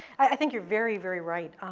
i think you're very, very right.